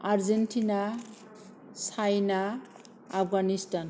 Argentina China Afghanistan